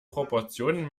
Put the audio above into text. proportionen